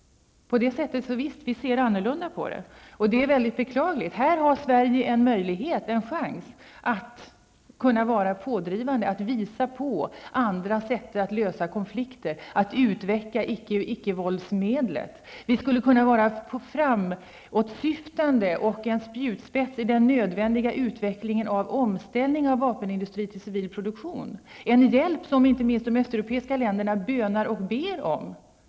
Visst ser vi annorlunda på dessa frågor, och det är mycket beklagligt. Här har Sverige en chans att vara pådrivande, att visa på andra sätt att lösa konflikter, att utveckla icke-våldsmedlet. Vi skulle kunna vara framåtsyftande och en spjutspets i den nödvändiga omställningen av vapenindustri till civil produktion, en hjälp som inte minst de östeuropeiska länderna bönar och ber om.